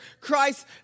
Christ